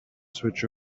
switch